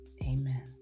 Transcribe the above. Amen